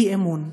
אי-אמון.